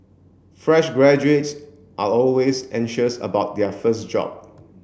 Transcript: fresh graduates are always anxious about their first job